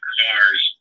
cars